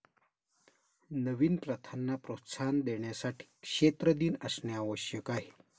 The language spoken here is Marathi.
नवीन प्रथांना प्रोत्साहन देण्यासाठी क्षेत्र दिन असणे आवश्यक आहे